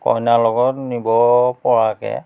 কইনাৰ লগত নিব পৰাকৈ